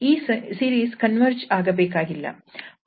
ಈ series converge ಆಗಬೇಕಾಗಿಲ್ಲ